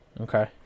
Okay